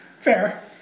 Fair